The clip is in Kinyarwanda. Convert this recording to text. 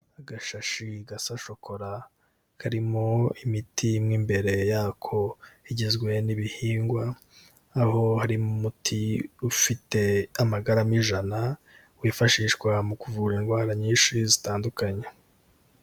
Agashashi gasa shokora, karimo imiti mo imbere yako igizwe n'ibihingwa, aho harimo umuti ufite amagarama ijana, wifashishwa mu kuvura indwara nyinshi zitandukanye.